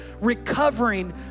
recovering